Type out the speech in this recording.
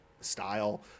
style